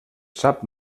sap